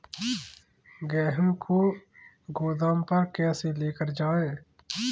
गेहूँ को गोदाम पर कैसे लेकर जाएँ?